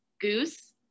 goose